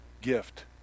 gift